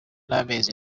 n’amezi